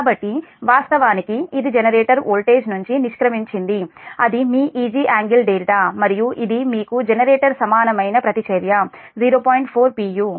కాబట్టి వాస్తవానికి ఇది జనరేటర్ వోల్టేజ్ నుంచి నిష్క్రమించింది అది మీ Eg∟δ మరియు ఇది మీకు జనరేటర్ సమానమైన ప్రతిచర్య 0